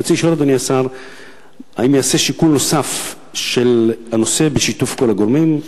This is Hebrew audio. רצוני לשאול: 1. האם ייעשה שיקול נוסף של הנושא בשיתוף כל הגורמים?